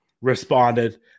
responded